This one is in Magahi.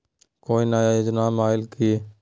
कोइ नया योजनामा आइले की?